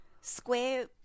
square